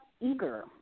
eager